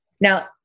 now